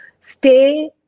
stay